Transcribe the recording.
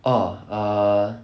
orh err